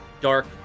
dark